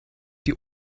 die